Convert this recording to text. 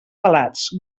pelats